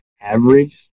average